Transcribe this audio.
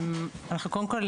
קודם כל,